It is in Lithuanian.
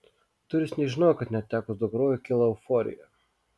turis nežinojo kad netekus daug kraujo kyla euforija